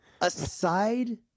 Aside